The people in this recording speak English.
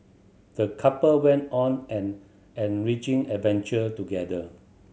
the couple went on an enriching adventure together